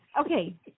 okay